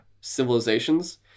civilizations